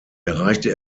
erreichte